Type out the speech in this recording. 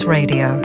Radio